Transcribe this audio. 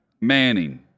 Manning